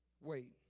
Wait